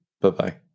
Bye-bye